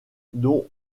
dont